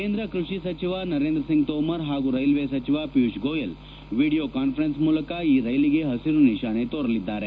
ಕೇಂದ ಕ್ಪಡಿ ಸಚಿವ ನರೇಂದ ಸಿಂಗ್ ತೋಮರ್ ಹಾಗೂ ರೈಲ್ಲೆ ಸಚಿವ ಪಿಯೂಷ್ ಗೋಯಲ್ ವಿಡಿಯೋ ಕಾನ್ಬರೆನ್ಸ್ ಮೂಲಕ ಈ ರೈಲಿಗೆ ಹಸಿರು ನಿಶಾನೆ ತೋರಲಿದ್ದಾರೆ